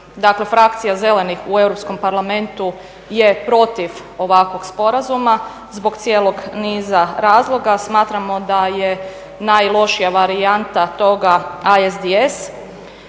Dakle frakcija Zelenih u Europskom parlamentu je protiv ovakvog sporazuma zbog cijelog niza razloga smatramo da je najlošija varijanta toga ISDS